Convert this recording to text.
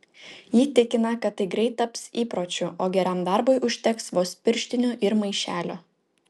ji tikina kad tai greit taps įpročiu o geram darbui užteks vos pirštinių ir maišelio